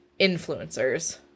influencers